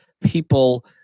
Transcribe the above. people